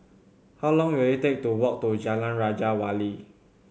how long will it take to walk to Jalan Raja Wali